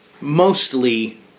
mostly